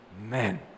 Amen